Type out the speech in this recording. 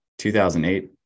2008